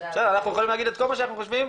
אנחנו יכולים להגיד את כל מה שאנחנו חושבים,